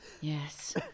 Yes